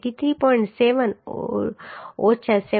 7 ઓછા 74